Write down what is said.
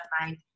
mind